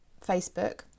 Facebook